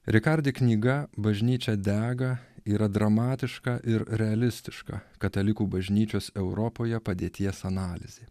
rikardai knyga bažnyčia dega yra dramatiška ir realistiška katalikų bažnyčios europoje padėties analizė